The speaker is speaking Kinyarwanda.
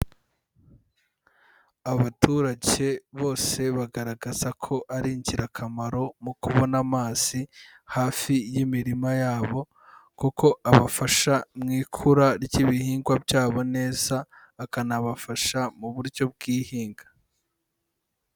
Abaturage bose bagaragaza ko ari ingirakamaro mu kubona amazi hafi y'imirima yabo kuko abafasha mu ikura ry'ibihingwa byabo neza, akanabafasha mu buryo bw'ihinga.